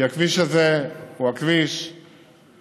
כי הכביש הזה, אתמול,